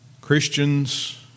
Christians